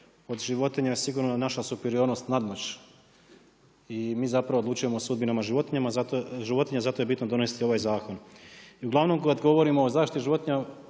od životinja je sigurno naša superiornost, nadmoć i mi zapravo odlučujemo o sudbinama životinja, zato je bitno donesti ovaj zakon. I kada govorimo o zaštiti životinja,